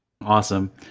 Awesome